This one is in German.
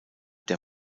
der